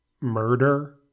murder